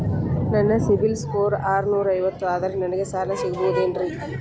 ನನ್ನ ಸಿಬಿಲ್ ಸ್ಕೋರ್ ಆರನೂರ ಐವತ್ತು ಅದರೇ ನನಗೆ ಸಾಲ ಸಿಗಬಹುದೇನ್ರಿ?